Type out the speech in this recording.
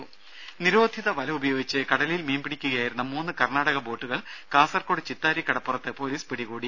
ദര നിരോധിത വല ഉപയോഗിച്ച് കടലിൽ മീൻ പിടിക്കുകയായിരുന്ന മൂന്ന് കർണാടക ബോട്ടുകൾ കാസർകോട് ചിത്താരി കടപ്പുറത്ത് പൊലീസ് പിടികൂടി